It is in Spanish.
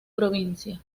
provincia